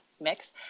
mix